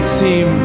seem